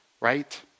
right